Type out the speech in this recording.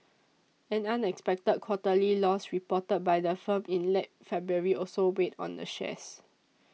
an unexpected quarterly loss reported by the firm in late February also weighed on the shares